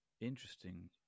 Interesting